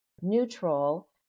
neutral